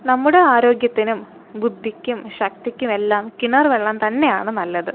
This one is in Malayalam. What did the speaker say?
നമ്മുടെ ആരോഗ്യത്തിനും ബുദ്ധിക്കും ശക്തിക്കും എല്ലാം കിണർ വെള്ളം തന്നെയാണ് നല്ലത്